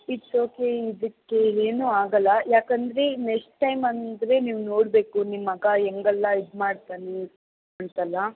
it's okay ಇದಕ್ಕೆ ಏನು ಆಗೋಲ್ಲ ಯಾಕಂದರೆ ನೆಕ್ಸ್ಟ್ ಟೈಮ್ ಅಂದರೆ ನೀವು ನೋಡಬೇಕು ನಿಮ್ಮ ಮಗ ಹೆಂಗೆಲ್ಲಾ ಇದು ಮಾಡ್ತಾನೆ ಅಂತೆಲ್ಲ